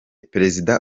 perezida